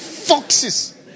foxes